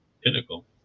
pinnacle